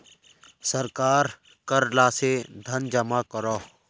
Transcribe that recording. सरकार कर ला से धन जमा करोह